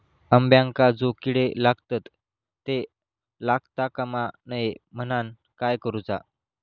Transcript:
अंब्यांका जो किडे लागतत ते लागता कमा नये म्हनाण काय करूचा?